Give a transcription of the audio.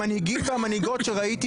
המנהיגים והמנהיגות שראיתי,